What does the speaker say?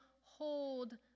hold